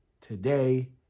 today